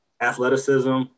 athleticism